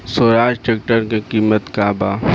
Swaraj tractor के किमत का बा?